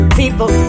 people